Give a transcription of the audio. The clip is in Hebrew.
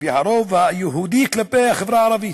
והרוב היהודי נגד החברה הערבית,